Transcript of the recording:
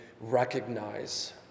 recognize